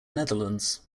netherlands